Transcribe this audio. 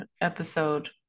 episode